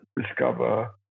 discover